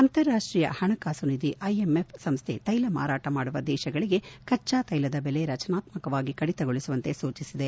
ಅಂತಾರಾಷ್ಟೀಯ ಹಣಕಾಸು ನಿಧಿ ಐಎಂ ಎಫ್ ಸಂಸ್ಥೆ ತೈಲ ಮಾರಾಟ ಮಾಡುವ ದೇಶಗಳಿಗೆ ಕಚ್ಚಾ ತ್ನೆಲದ ಬೆಲೆ ರಚನಾತ್ಮಕವಾಗಿ ಕಡಿತಗೊಳಿಸುವಂತೆ ಸೂಚಿಸಿದೆ